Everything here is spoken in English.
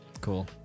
Cool